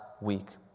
week